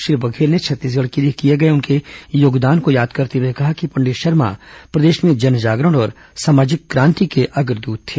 श्री बघेल ने छत्तीसगढ़ के लिए किए गए उनके योगदान को याद करते हुए कहा कि पंडित शर्मा प्रदेश में जन जागरण और सामाजिक क्रांति के अग्रदूत थे